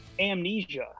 Amnesia